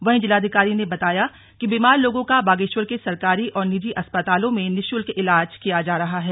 वहीं जिलाधिकारी ने बताया कि बीमार लोगों का बागेश्वर के सरकारी और निजी अस्पतालों में निशुल्क ईलाज किया जा रहा है